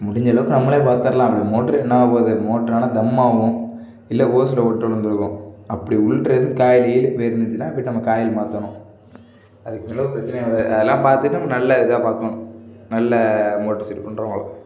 முடிஞ்ச அளவுக்கு நம்மளே பார்த்தர்லாம் அப்படி மோட்ரு என்னாகப் போகுது மோட்ரு ஆனால் தம்மாகும் இல்லை ஓஸில் ஓட்டை விலுந்துருக்கும் அப்படி உள்ளே எதுவும் காயில் கீயிலு போயிருந்துச்சின்னால் போய்விட்டு நம்ம காயில் மாற்றணும் அதுக்குள்ளே பிரச்சினை அது அதெல்லாம் பார்த்துட்டு நம்ம நல்ல இதாக பார்க்குணும் நல்ல மோட்ரு சீர் பண்ணறவங்கள